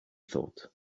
thought